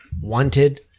Wanted